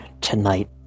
tonight